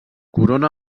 corona